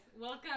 Welcome